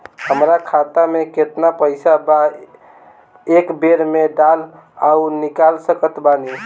हमार खाता मे केतना पईसा एक बेर मे डाल आऊर निकाल सकत बानी?